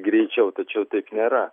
greičiau tačiau taip nėra